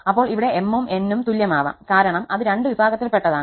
അപ്പോൾ ഇവിടെ 𝑚 ഉം 𝑛 ഉം തുല്യമാവാം കാരണം അത് രണ്ടു വിഭാഗത്തിൽ പെട്ടതാണ്